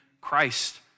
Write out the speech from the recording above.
Christ